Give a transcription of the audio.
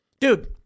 Dude